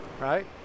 right